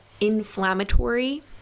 inflammatory